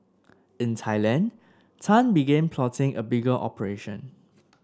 in Thailand Tan began plotting a bigger operation